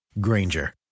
Granger